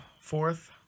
Fourth